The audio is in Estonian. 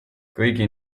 kõigi